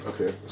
okay